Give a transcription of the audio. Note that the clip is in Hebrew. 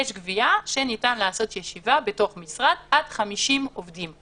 יש קביעה שניתן לעשות ישיבה בתוך משרד עד 50 אנשים.